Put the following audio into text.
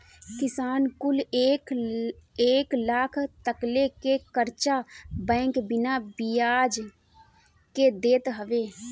किसान कुल के एक लाख तकले के कर्चा बैंक बिना बियाज के देत हवे